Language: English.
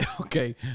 Okay